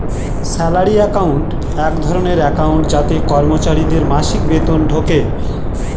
salary account এক ধরনের account যাতে কর্মচারীদের মাসিক বেতন ঢোকে